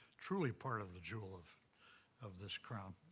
truly part of the jewel of of this crown.